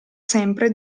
sempre